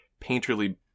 painterly